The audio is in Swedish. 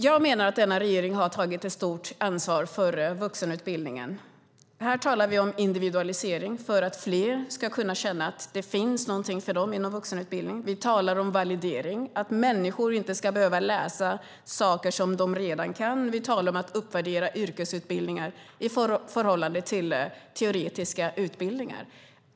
Jag menar att denna regering har tagit ett stort ansvar för vuxenutbildningen. Här talar vi om individualisering för att fler ska kunna känna att det finns någonting för dem inom vuxenutbildningen. Vi talar om validering, att människor inte ska behöva läsa saker som de redan kan. Vi talar om att uppvärdera yrkesutbildningar i förhållande till teoretiska utbildningar.